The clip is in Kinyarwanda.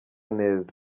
neza